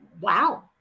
Wow